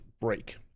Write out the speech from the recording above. break